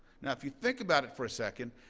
now if you think about it for a second,